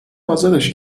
ازادش